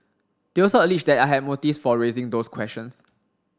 they also alleged that I had motives for raising those questions